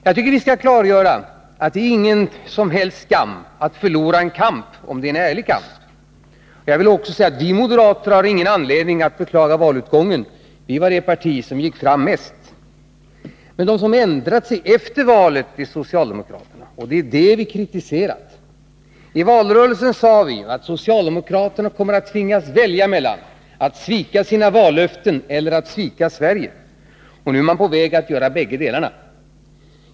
Jag tycker att vi skall klargöra att det inte är någon som helst skam att förlora en kamp, om det är en ärlig kamp. Jag vill också säga att vi moderater inte har någon anledning att beklaga valutgången. Vi var det parti som gick fram mest. Men de som ändrat sig efter valet är socialdemokraterna. Det är detta vi har kritiserat. I valrörelsen sade vi att socialdemokraterna kommer att tvingas välja mellan att svika sina vallöften och att svika Sverige. Nu är man på väg att göra bägge delarna.